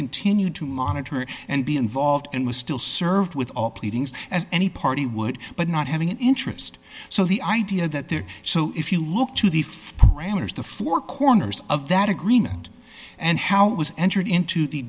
continued to monitor and be involved and was still served with all pleadings as any party would but not having an interest so the idea that there so if you look to the st parameters the four corners of that agreement and how it was entered into